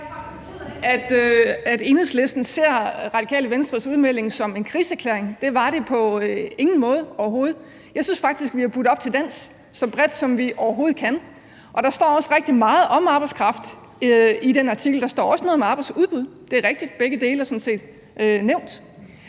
at Enhedslisten ser Radikale Venstres udmelding som en krigserklæring. Det var det på ingen måde overhovedet. Jeg synes faktisk, vi har budt op til dans så bredt, som vi overhovedet kan. Og der står også rigtig meget om arbejdskraft i den artikel. Der står også noget om arbejdsudbud. Det er rigtigt, at begge dele sådan set er nævnt.